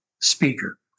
speaker